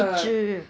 一只